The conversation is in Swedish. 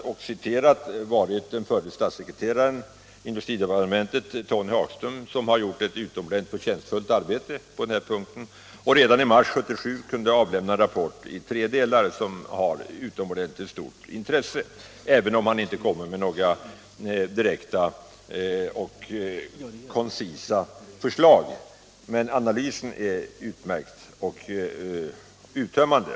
Den har utförts av förre statssekreteraren i industridepartementet, Tony Hagström, som gjort ett förtjänstfullt arbete på denna punkt. Redan i mars 1977 kunde han avlämna en rapport i tre delar, som har utomordentligt stort intresse, även om han inte lägger fram några direkta och konkreta förslag. Analysen är dock utmärkt och uttömmande.